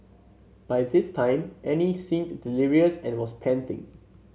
by this time Annie seemed delirious and was panting